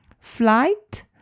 flight